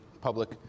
public